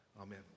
Amen